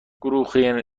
گروه